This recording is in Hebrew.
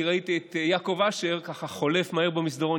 ראיתי את יעקב אשר ככה חולף מהר במסדרון,